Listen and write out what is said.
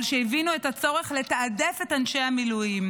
על שהבינו את הצורך לתעדף את אנשי המילואים.